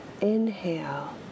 Inhale